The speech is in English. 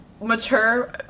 mature